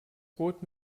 brot